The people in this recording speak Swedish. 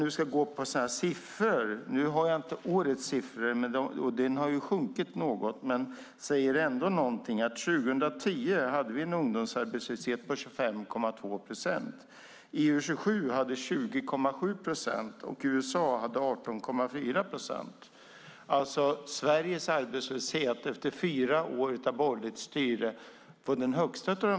Jag har inte årets siffra, och ungdomsarbetslösheten har ju sjunkit något, men 2010 hade Sverige en ungdomsarbetslöshet på 25,2 procent. EU 27 hade 20,7 procent och USA 18,4 procent. Sveriges ungdomsarbetslöshet efter fyra år av borgerligt styre var alltså högst av dessa tre.